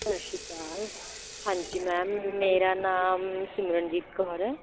ਸਤਿ ਸ਼੍ਰੀ ਅਕਾਲ ਹਾਂਜੀ ਮੈਮ ਮੇਰਾ ਨਾਮ ਸਿਮਰਨਜੀਤ ਕੌਰ ਹੈ